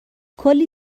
کلی